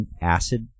acid